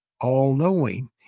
all-knowing